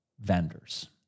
vendors